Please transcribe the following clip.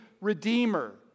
redeemer